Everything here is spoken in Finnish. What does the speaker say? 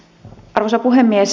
arvoisa puhemies